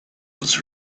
was